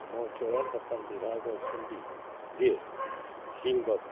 ଆମ ଅଞ୍ଚଳର ବର୍ତ୍ତମାନ ବିଧାୟକ ଅଛନ୍ତି ଯିଏ ସିଂ ବାବୁ